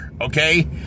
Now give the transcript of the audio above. Okay